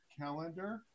calendar